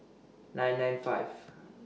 nine nine five